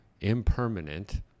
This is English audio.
impermanent